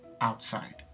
outside